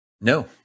No